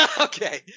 okay